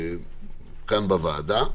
הזה כאן בוועדה.